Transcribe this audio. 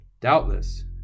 doubtless